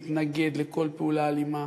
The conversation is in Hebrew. מתנגד לכל פעולה אלימה,